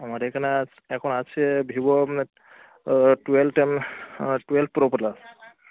আমার এখানে আজ এখন আছে ভিভো আপনার টুয়েলভ টেন টুয়েলভ প্রো